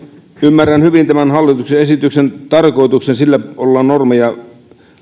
ymmärrän hyvin tämän hallituksen esityksen tarkoituksen sillä ollaan normeja